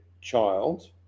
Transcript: child